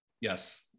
Yes